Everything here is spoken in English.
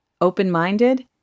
Open-minded